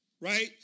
right